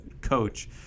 coach